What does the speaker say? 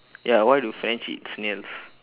ya why do french eat snails